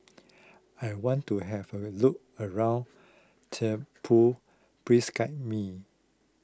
I want to have a look around Thimphu please guide me